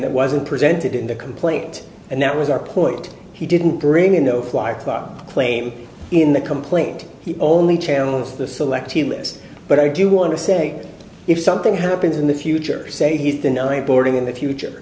that wasn't presented in the complaint and that was our point he didn't bring in no fly claim in the complaint he only channels the selectee list but i do want to say if something happens in the future say he's denied boarding in the future